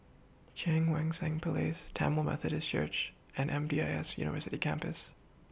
Cheang Wan Seng Place Tamil Methodist Church and M D I S University Campus